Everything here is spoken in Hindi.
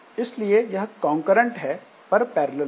इसलिए यह कॉन्करेंट है पर पैरेलल नहीं